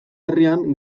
herrian